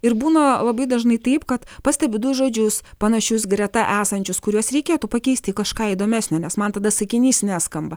ir būna labai dažnai taip kad pastebiu du žodžius panašius greta esančius kuriuos reikėtų pakeist į kažką įdomesnio nes man tada sakinys neskamba